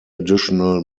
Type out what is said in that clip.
additional